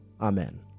Amen